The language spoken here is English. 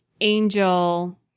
Angel